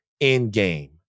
Endgame